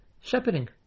shepherding